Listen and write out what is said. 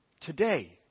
today